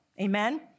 Amen